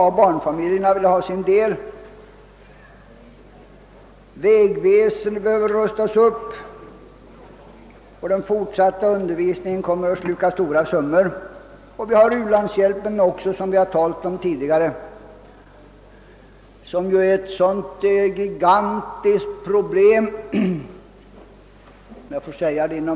Barnfamiljerna vill ha sin del, och undervisningen kommer att sluka stora summor. U-landshjälpen, som vi talat om i går, är ett gigantiskt problem som kommer att kräva mycket pengar.